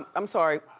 um i'm sorry.